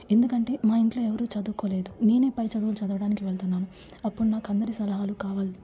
ఎందుకంటే మా ఇంట్లో ఎవరు చదువుకోలేదు నేను పై చదువులు చదవడానికి వెళుతున్నాను అప్పుడు నాకు అందరి సలహాలు కావాలి